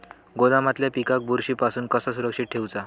गोदामातल्या पिकाक बुरशी पासून कसा सुरक्षित ठेऊचा?